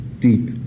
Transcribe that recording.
deep